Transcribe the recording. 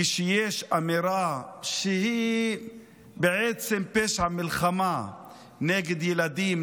כשיש אמירה שהיא בעצם פשע מלחמה נגד ילדים,